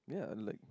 yeah like